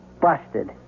Busted